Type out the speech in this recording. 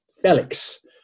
Felix